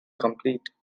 complete